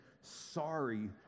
sorry